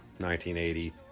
1980